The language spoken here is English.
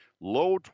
low